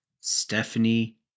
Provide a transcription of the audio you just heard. Stephanie